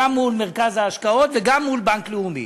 גם מול מרכז ההשקעות וגם מול בנק לאומי.